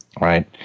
right